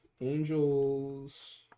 angels